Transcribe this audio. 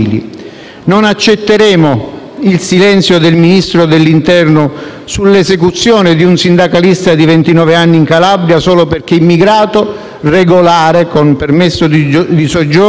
Non accetteremo il silenzio del Ministro dell'interno sull'esecuzione di un sindacalista di ventinove anni in Calabria solo perché immigrato regolare, con permesso di soggiorno;